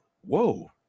whoa